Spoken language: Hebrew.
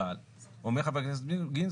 אבל אומר חבר הכנסת גינזבורג,